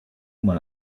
mal